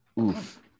Oof